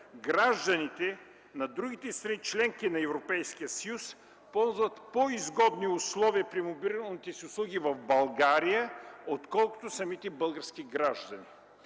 гражданите на другите страни-членки на Европейския съюз, ползват по-изгодни условия при мобилните си услуги в България, отколкото самите български граждани.